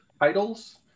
titles